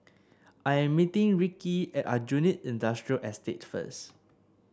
I'm meeting Rikki at Aljunied Industrial Estate first